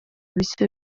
bishya